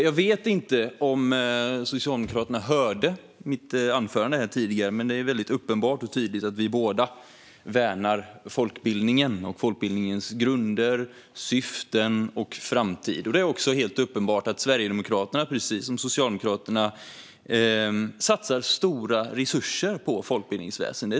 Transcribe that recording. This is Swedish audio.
Jag vet inte om Socialdemokraterna hörde mitt anförande tidigare, men det är uppenbart och tydligt att vi båda värnar folkbildningen och folkbildningens grunder, syften och framtid. Det är också helt uppenbart att Sverigedemokraterna precis som Socialdemokraterna satsar stora resurser på folkbildningsväsendet.